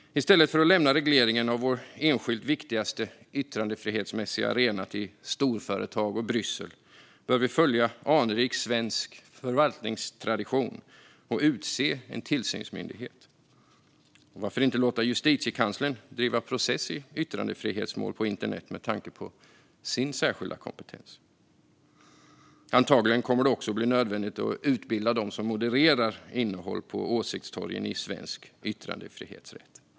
I stället för att lämna regleringen av vår enskilt viktigaste yttrandefrihetsmässiga arena till storföretag och Bryssel bör vi följa anrik svensk förvaltningstradition och utse en tillsynsmyndighet. Varför inte låta Justitiekanslern driva process i yttrandefrihetsmål på internet med tanke på myndighetens särskilda kompetens? Antagligen kommer det också att bli nödvändigt att utbilda dem som modererar innehåll på åsiktstorgen i svensk yttrandefrihetsrätt.